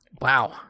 Wow